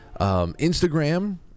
Instagram